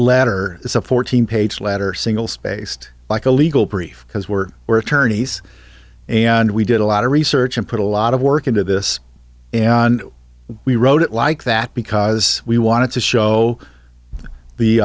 letter is a fourteen page letter single spaced like a legal brief because we're we're attorneys and we did a lot of research and put a lot of work into this and we wrote it like that because we wanted to show